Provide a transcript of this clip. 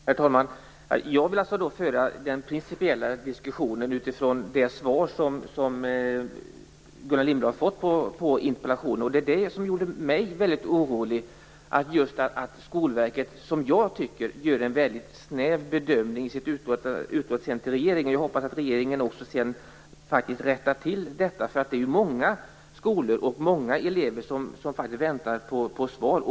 Herr talman! Jag vill föra den principiella diskussionen utifrån det svar som Gullan Lindblad fått på interpellationen. Det som gör mig väldigt orolig är att Skolverket gör en, som jag tycker, mycket snäv bedömning i sitt utlåtande till regeringen. Jag hoppas att regeringen faktiskt rättar till detta. Det är ju många skolor och många elever som väntar på svar.